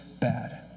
Bad